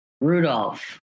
Rudolph